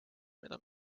mida